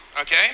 okay